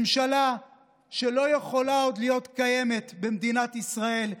ממשלה שלא יכולה עוד להיות קיימת במדינת ישראל.